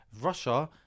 Russia